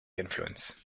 influence